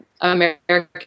American